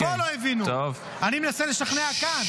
פה לא הבינו, אני מנסה לשכנע כאן.